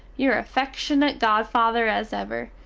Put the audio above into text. your affeckshunate godfather as ever,